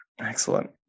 Excellent